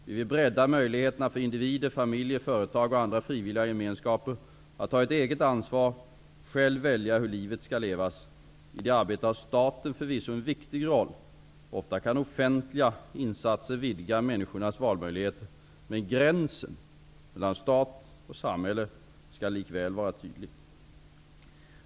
Vi vill bredda möjligheterna för individer, familjer, företag och andra frivilliga gemenskaper att ta eget ansvar och själva välja hur livet skall levas. I det arbetet har staten förvisso en viktig roll. Ofta kan offentliga insatser vidga människors valmöjligheter. Men gränsen mellan stat och samhälle skall likväl vara tydlig.